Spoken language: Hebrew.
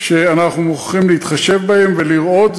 שאנחנו מוכרחים להתחשב בהן ולראות.